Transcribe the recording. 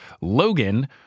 Logan